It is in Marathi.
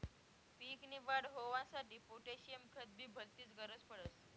पीक नी वाढ होवांसाठी पोटॅशियम खत नी भलतीच गरज पडस